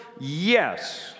Yes